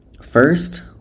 First